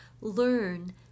learn